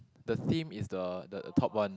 the theme is the the top one